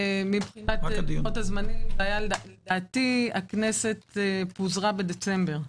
מבחינת לוחות הזמנים, לדעתי הכנסת פוזרה בדצמבר.